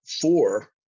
four